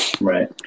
Right